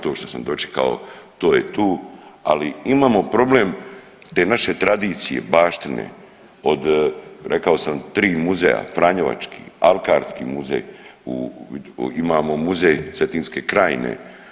To što sam dočekao to je tu, ali imamo problem te naše tradicije, baštine od rekao sam tri muzeja franjevački, alkarski muzej, imamo muzej cetinske krajine.